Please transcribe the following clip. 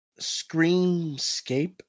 Screamscape